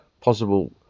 possible